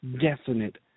definite